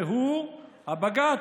והוא הבג"ץ,